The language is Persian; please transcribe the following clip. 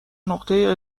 نقطه